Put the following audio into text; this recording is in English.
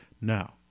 now